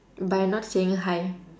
by not saying hi